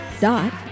dot